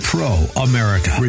Pro-America